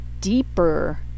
deeper